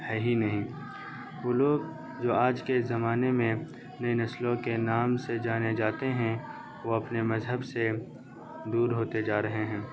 ہے ہی نہیں وہ لوگ جو آج کے زمانے میں نئی نسلوں کے نام سے جانے جاتے ہیں وہ اپنے مذہب سے دور ہوتے جا رہے ہیں